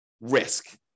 risk